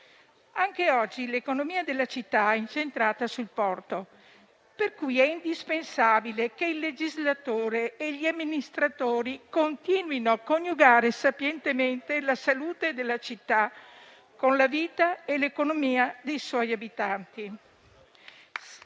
Anche oggi l'economia della città è incentrata sul porto, per cui è indispensabile che il legislatore e gli amministratori continuino a coniugare sapientemente la salute della città con la vita e l'economia dei suoi abitanti.